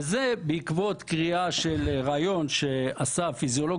זאת בעקבות קריאה של ראיון שעשה הפיזיולוג